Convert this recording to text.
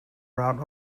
route